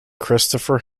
christopher